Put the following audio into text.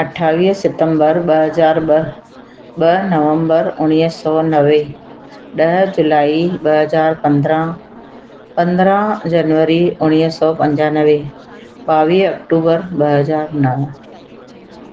अठावीह सितम्बर ॿ हज़ार ॿ ॿ नवम्बर उणिवीह सौ नवे ॾह जुलाई ॿ हज़ार पंद्रहं पंद्रहं जनवरी उणवीह सौ पंजानवे ॿावीह अक्टूबर ॿ हज़ार नव